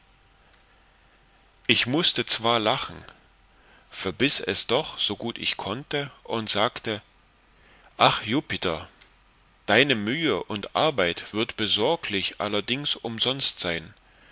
ich mußte zwar lachen verbiß es doch so gut ich konnte und sagte ach jupiter deine mühe und arbeit wird besorglich allerdings umsonst sein